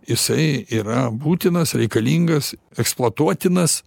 jisai yra būtinas reikalingas eksploatuotinas